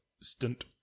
stint